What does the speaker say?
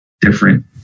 different